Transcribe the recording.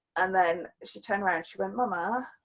and then she turned around she went mama,